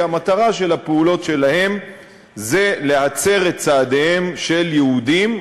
כי המטרה של הפעולות שלהן היא להצר את צעדיהם של יהודים,